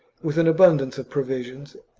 with an abun dance of provisions,